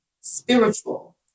spiritual